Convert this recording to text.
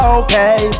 okay